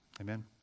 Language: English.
Amen